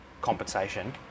compensation